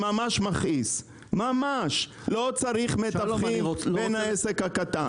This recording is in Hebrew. לא צריך מתווכים בין העסק הקטן.